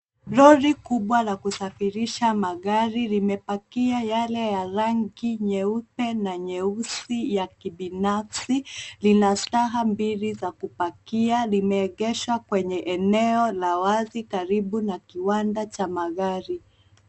Lori kubwa la kusafirisha magari limepakia yale ya rangi nyeupe na nyeusi ya kibinafsi. Lina staha mbili za kupakia. Limeegeshwa kwenye eneo la wazi karibu na kiwanda cha magari.